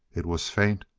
it was faint,